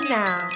now